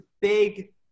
big